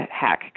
hack